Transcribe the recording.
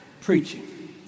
Preaching